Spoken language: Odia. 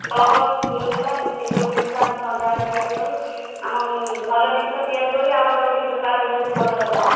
ଚପ ଗୁଲୁଗୁଲା ଏସବୁ ଜିନିଷ ଆମେ ସନ୍ଧ୍ୟାବେଳେ ତିଆରି କରୁ ଆମ ଭଲ ଜିନିଷ ତିଆରି କରି ଆମର ବୋଲି ବେପାର ବହୁତ ଭଲ ହଉ